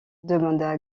demanda